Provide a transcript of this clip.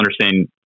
understand